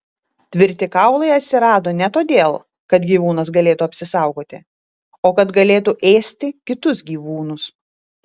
tvirti kaulai atsirado ne todėl kad gyvūnas galėtų apsisaugoti o kad galėtų ėsti kitus gyvūnus